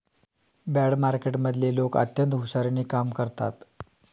bond मार्केटमधले लोक अत्यंत हुशारीने कामं करतात